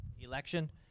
Election